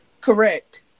Correct